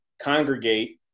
congregate